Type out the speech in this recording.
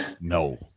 No